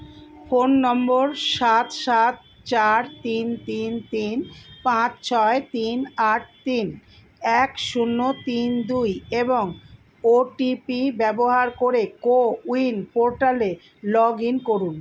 phone number সাত সাত চার তিন তিন তিন পাঁচ ছয় তিন আট তিন এক শূন্য তিন দুই এবং ও টি পি ব্যবহার করে কোউইন পোর্টালে লগ ইন করুন